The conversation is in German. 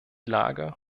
lage